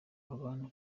abantu